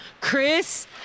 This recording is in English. Chris